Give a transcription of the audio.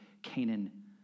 Canaan